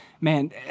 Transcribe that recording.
man